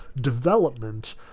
development